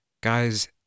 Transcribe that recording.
guys